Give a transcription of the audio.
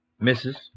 misses